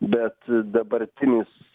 bet dabartinis